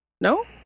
No